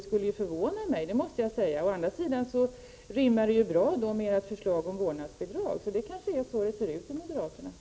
Det skulle förvåna mig i så fall, det måste jag säga. Men det rimmar bra med ert förslag om vårdnadsbidrag. Så det är kanske så det ser ut för moderaterna.